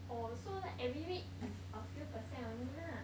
oh so like every week is few percent only lah